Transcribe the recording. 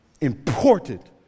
important